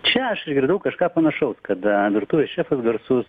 čia aš išgirdau kažką panašaus kada virtuvės šefas garsus